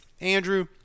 Andrew